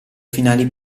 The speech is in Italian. finali